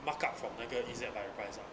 mark up from 那个 E_Z buy 的 price ah